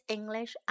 English